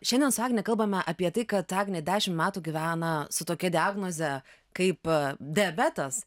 šiandien su agne kalbame apie tai kad agnė dešimt metų gyvena su tokia diagnoze kaip diabetas